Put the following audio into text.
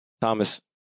Thomas